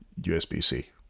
USB-C